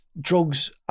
drugs